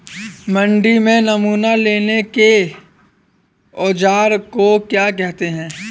मंडी में नमूना लेने के औज़ार को क्या कहते हैं?